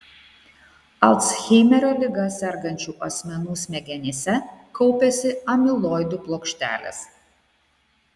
alzheimerio liga sergančių asmenų smegenyse kaupiasi amiloidų plokštelės